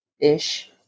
Ish